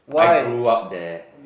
I grew up there